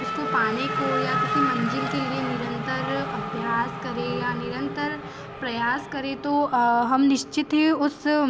उसको पाने को या किसी मंज़िल के लिए निरंतर अभ्यास करें या निरंतर प्रयास करें तो हम निश्चित ही उस